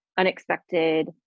unexpected